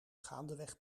gaandeweg